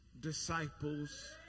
disciples